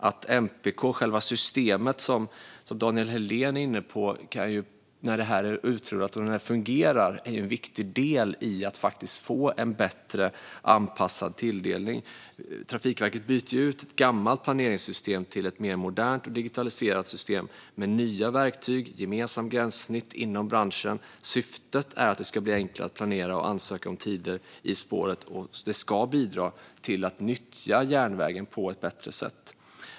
När MPK, själva systemet som Daniel Helldén var inne på, är utrullat och fungerar är det en viktig del i att faktiskt få en bättre anpassad tilldelning. Trafikverket byter ut ett gammalt planeringssystem till ett mer modernt och digitaliserat system med nya verktyg och gemensamt gränssnitt inom branschen. Syftet är att det ska bli enklare att planera och ansöka om tider på spåret, och det ska bidra till att järnvägen nyttjas på ett bättre sätt.